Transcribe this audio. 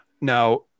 Now